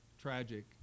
tragic